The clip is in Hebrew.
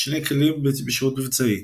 2 כלים בשירות מבצעי.